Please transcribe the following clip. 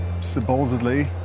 Supposedly